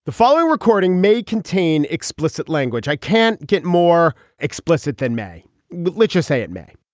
the following recording may contain explicit language i can't get more explicit than may literacy it may